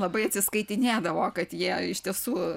labai atsiskaitinėdavo kad jie iš tiesų